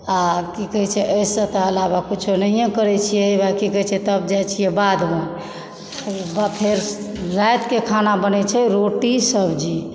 आ की कहय छै एहि सभके अलावा किछु नहिए करय छियै हे वएह की कहय छै तब जाइ छियै बादमे तऽ फेर रातिके खाना बनय छै रोटी सब्जी